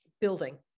building